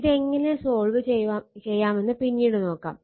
ഇതെങ്ങനെ സോൾവ് ചെയ്യാമെന്ന് നമുക്ക് പിന്നീട് നോക്കാം